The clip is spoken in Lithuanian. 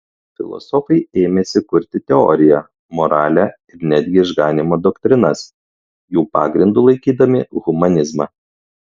filosofai ėmėsi kurti teoriją moralę ir netgi išganymo doktrinas jų pagrindu laikydami humanizmą